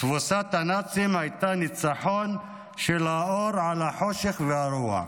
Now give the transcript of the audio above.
תבוסת הנאצים הייתה ניצחון של האור על החושך והרוע.